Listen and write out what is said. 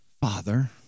Father